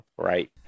right